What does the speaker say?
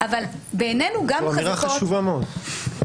זו אמירה חשובה מאוד.